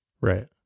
Right